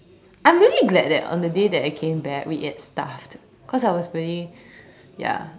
I am really glad that on the day that I came back we ate stuff'd cause I was really ya